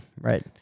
right